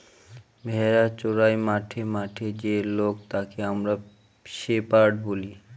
ভেড়া চোরাই মাঠে মাঠে যে লোক তাকে আমরা শেপার্ড বলি